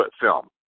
film